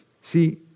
See